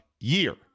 year